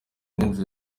n’inzu